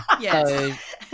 Yes